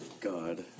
God